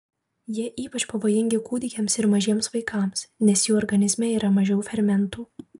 jie ypač pavojingi kūdikiams ir mažiems vaikams nes jų organizme yra mažiau fermentų